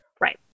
Right